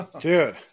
dude